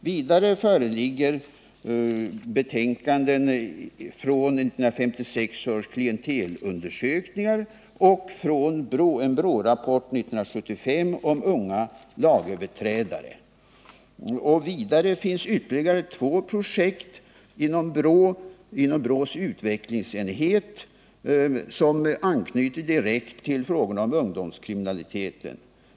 Vidare föreligger betänkanden från 1956 års klientelundersökningar och en BRÅ-rapport från 1975 om unga lagöverträdare. Vidare finns två projekt inom BRÅ:s utvecklingsenhet som anknyter direkt till frågorna om ungdomskriminaliteten.